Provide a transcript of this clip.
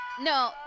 no